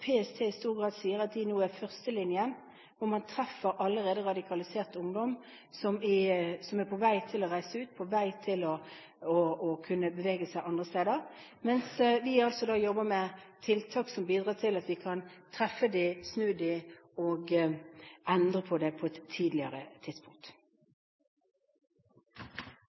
I dag sier PST at de i stor grad er førstelinjen, og at de treffer allerede radikalisert ungdom som er på vei til å reise ut, på vei til å kunne bevege seg andre steder. Vi jobber med tiltak som bidrar til at vi kan treffe disse ungdommene, snu dem, og endre på det på et tidligere tidspunkt.